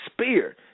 spear